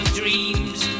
dreams